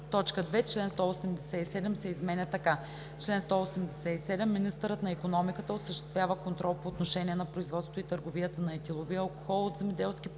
г.).“ 2. Член 187 се изменя така: „Чл. 187. Министърът на икономиката осъществява контрол по отношение на производството и търговията на етиловия алкохол от земеделски произход,